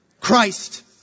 Christ